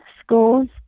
schools